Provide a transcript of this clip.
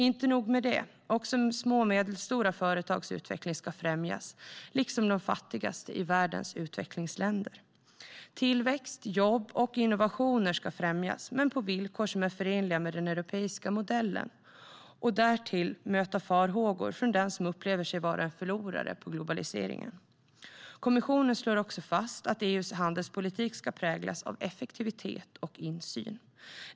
Inte nog med det, också små och medelstora företags utveckling ska främjas liksom de fattigaste i världens utvecklingsländer. Tillväxt, jobb och innovationer ska främjas, men på villkor som är förenliga med den europeiska modellen, och därtill möta farhågor från den som upplever sig vara en förlorare på globaliseringen. Kommissionen slår också fast att EU:s handelspolitik ska präglas av effektivitet och insyn.